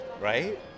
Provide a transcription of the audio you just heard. Right